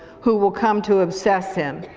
who will come to obsess him.